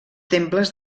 temples